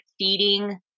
feeding